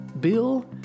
Bill